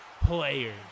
players